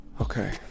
okay